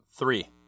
Three